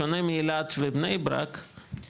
בשונה מאלעד ובני ברק,